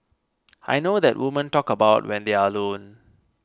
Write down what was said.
I know that women talk about when they're alone